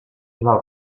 val